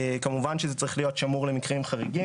כמובן שזה צריך להיות שמור למקרים חריגים,